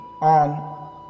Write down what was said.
on